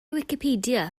wicipedia